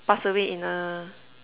pass away in a